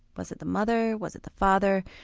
was it the mother, was it the father,